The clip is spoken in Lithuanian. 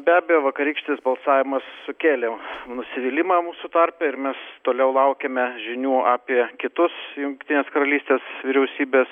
be abejo vakarykštis balsavimas sukėlė nusivylimą mūsų tarpe ir mes toliau laukiame žinių apie kitus jungtinės karalystės vyriausybės